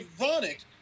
ironic